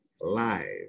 live